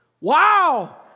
Wow